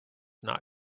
not